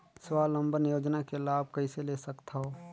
स्वावलंबन योजना के लाभ कइसे ले सकथव?